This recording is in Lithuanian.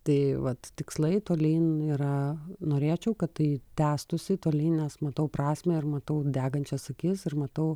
tai vat tikslai tolyn yra norėčiau kad tai tęstųsi tolyn nes matau prasmę ir matau degančias akis ir matau